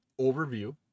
overview